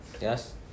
Yes